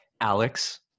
Alex